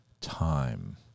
time